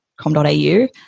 .com.au